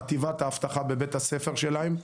חטיבת האבטחה בבית הספר שלהם,